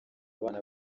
bana